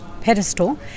pedestal